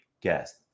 guest